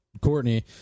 Courtney